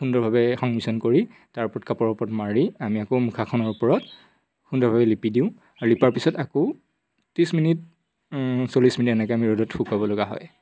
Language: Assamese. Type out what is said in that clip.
সুন্দৰভাৱে সংমিশ্ৰণ কৰি তাৰ ওপৰত কাপোৰৰ ওপৰত মাৰি আমি আকৌ মুখাখনৰ ওপৰত সুন্দৰভাৱে লিপি দিওঁ আৰু লিপাৰ পিছত আকৌ ত্ৰিছ মিনিট চল্লিছ মিনিট এনেকে আমি ৰ'দত শুকুৱাব লগা হয়